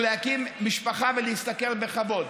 ולהקים משפחה ולהשתכר בכבוד.